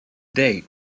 date